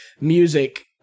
music